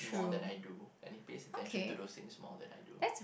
more than I do and he pays attention to those things more than I do